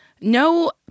No